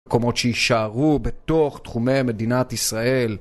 מקומות שיישארו בתוך תחומי מדינת ישראל